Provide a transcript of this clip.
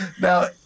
Now